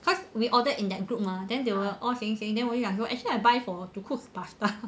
cause we order in that group mah then they were all saying saying then 我就讲说 actually I buy for to cook pasta